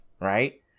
right